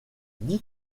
dix